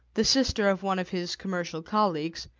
the sister of one of his commercial colleagues,